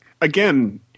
again